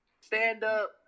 Stand-up